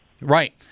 Right